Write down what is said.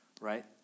right